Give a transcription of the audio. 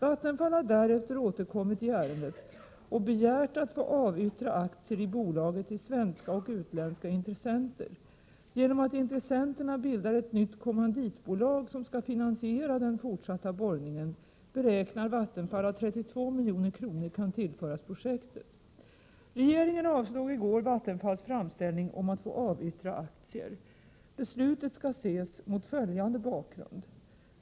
Vattenfall har därefter återkommit i ärendet och begärt att få avyttra aktier i bolaget till svenska och utländska intressenter. Genom att intressenterna bildar ett nytt kommanditbolag, som skall finansiera den fortsatta borrningen, beräknar Vattenfall att 32 milj.kr. kan tillföras projektet. Regeringen avslog i går Vattenfalls framställning om att få avyttra aktier. Beslutet skall ses mot följande bakgrund.